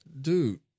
dude